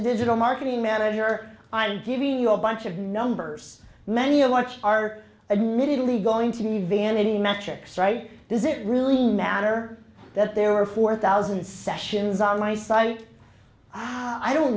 a digital marketing manager i'm giving you a bunch of numbers many of watch are admittedly going to be vanity metrics right does it really matter that there are four thousand sessions on my site i don't